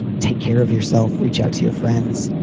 take care of yourself, reach out to your friends,